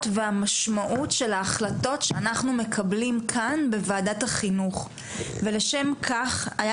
והמשמעות של ההחלטות שאנחנו מקבלים כאן בוועדת החינוך ולשם כך היה